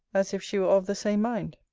as if she were of the same mind.